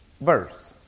verse